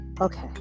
okay